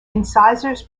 incisors